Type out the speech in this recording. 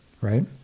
right